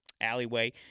alleyway